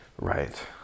right